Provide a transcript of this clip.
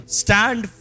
stand